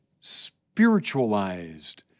spiritualized